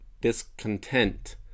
discontent